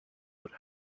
would